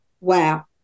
Wow